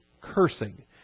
cursing